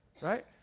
right